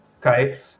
okay